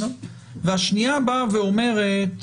והשנייה אומרת,